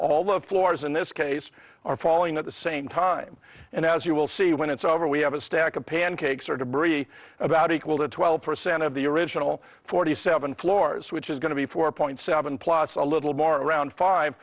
freefall the floors in this case are falling at the same time and as you will see when it's over we have a stack of pancakes or debris about equal to twelve percent of the original forty seven floors which is going to be four point seven plus a little more around five